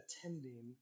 attending